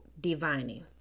divining